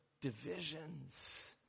Divisions